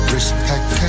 Respect